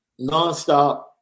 nonstop